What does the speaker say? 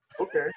Okay